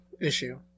issue